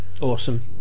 Awesome